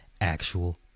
actual